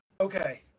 Okay